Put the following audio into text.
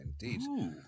indeed